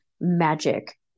magic